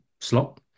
slot